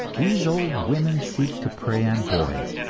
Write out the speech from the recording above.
these old women seek to prey on boys,